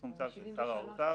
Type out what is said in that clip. בפרסום צו של שר האוצר